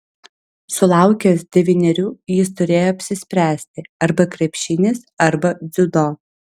sulaukęs devynerių jis turėjo apsispręsti arba krepšinis arba dziudo